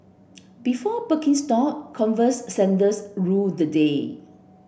before Birkenstock Converse sandals ruled the day